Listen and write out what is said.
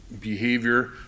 behavior